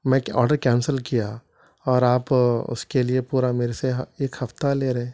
میں order cancel کیا اور آپ اس کے لیے پورا میرے سے ہا ایک ہفتہ لے رہے